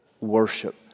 worship